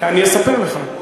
אני אספר לך.